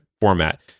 format